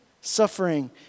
suffering